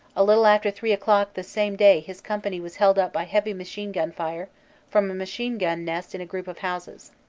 a little after three o'clock the same day his company was held up by heavy machine-gun fire from a machine-gun nest in a group of houses.